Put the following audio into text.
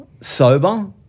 Sober